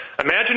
Imagine